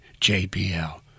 JPL